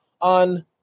on